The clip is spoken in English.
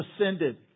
ascended